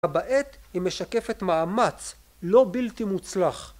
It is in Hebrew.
‫בה בעת היא משקפת מאמץ, ‫לא בלתי מוצלח.